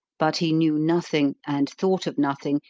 but he knew nothing, and thought of nothing,